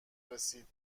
رسید